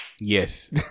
Yes